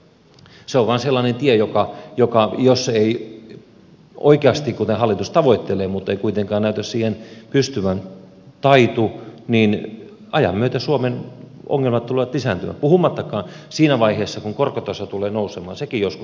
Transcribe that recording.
se on vain sellainen tie että jos se ei oikeasti taitu kuten hallitus tavoittelee mutta ei kuitenkaan näytä siihen pystyvän niin ajan myötä suomen ongelmat tulevat lisääntymään puhumattakaan siinä vaiheessa kun korkotaso tulee nousemaan